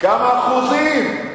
כמה אחוזים?